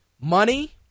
money